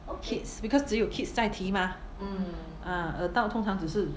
kids because 只有 kids 在提 mah ah adult 通常只是